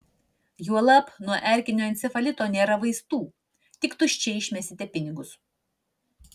juolab nuo erkinio encefalito nėra vaistų tik tuščiai išmesite pinigus